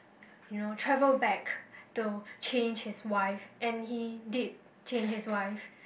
you know travel back to change his wife and he did change his wife